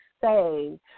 say